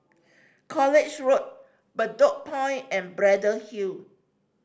College Road Bedok Point and Braddell Hill